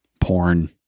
porn